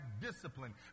discipline